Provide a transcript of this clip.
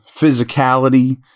physicality